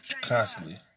constantly